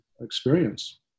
experience